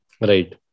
Right